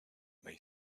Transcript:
may